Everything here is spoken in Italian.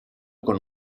con